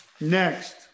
Next